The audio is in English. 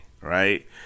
right